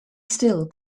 still